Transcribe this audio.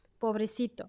Pobrecito